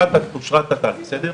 זה כן ישתנה, זה לא.